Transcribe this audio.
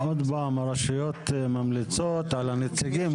עוד פעם, הרשויות ממליצות על הנציגים?